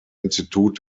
institut